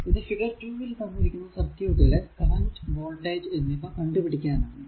ഇത് ഫിഗർ 2 ൽ തന്നിരിക്കുന്ന സർക്യൂട്ടിലെ കറന്റ് വോൾടേജ് എന്നിവ കണ്ടു പിടിക്കാൻ ആണ്